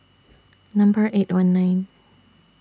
Number eight one nine